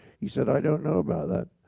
he said. i don't know about that.